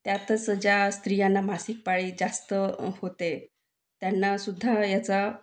त्यातच ज्या स्त्रियांना मासिक पाळी जास्त होते त्यांनासुद्धा ह्याचा